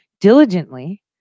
diligently